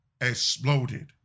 exploded